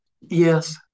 Yes